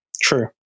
True